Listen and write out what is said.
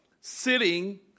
sitting